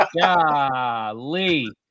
Golly